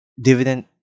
dividend